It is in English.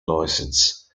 license